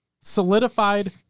Solidified